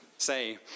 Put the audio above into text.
say